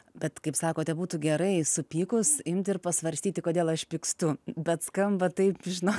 bet kaip sakote būtų gerai supykus imti ir pasvarstyti kodėl aš pykstu bet skamba taip žinokit